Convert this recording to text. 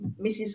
Mrs